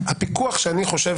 הפיקוח שאני חושב